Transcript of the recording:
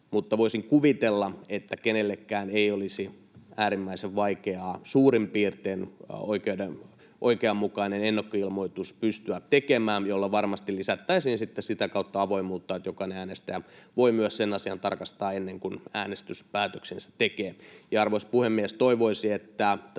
Mutta voisin kuvitella, että kenellekään ei olisi äärimmäisen vaikeaa pystyä tekemään suurin piirtein oikeanmukainen ennakkoilmoitus, jolla varmasti lisättäisiin avoimuutta sitten sitä kautta, että jokainen äänestäjä voi myös sen asian tarkastaa ennen kuin äänestyspäätöksensä tekee. Arvoisa puhemies! Kun tässä